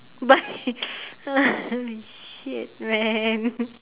bye shit man